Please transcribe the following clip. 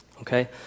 okay